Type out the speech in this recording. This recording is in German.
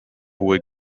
hohe